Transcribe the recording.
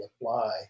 apply